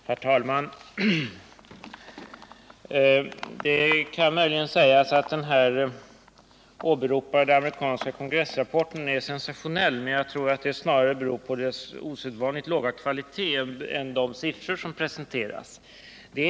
Herr talman! Det kan möjligen sägas att den här åberopade amerikanska kongressrapporten är sensationell, men jag tror att det snarare beror på dess osedvanligt låga kvalitet än på de siffror som presenteras i den.